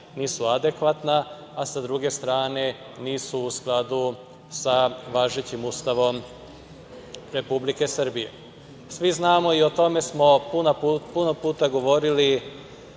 nisu adekvatna, a sa druge strane nisu u skladu sa važećim Ustavom Republike Srbije. Svi znamo i o tome smo puno puta govorili